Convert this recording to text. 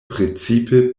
precipe